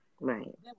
right